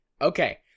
Okay